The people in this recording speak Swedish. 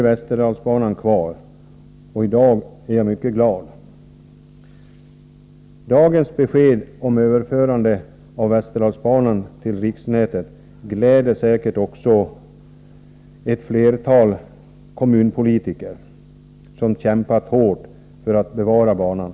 Västerdalsbanan blir kvar, och jag är därför mycket glad i dag. Dagens besked gläder säkert också de många kommunpolitiker som kämpat hårt för att bevara banan.